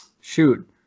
Shoot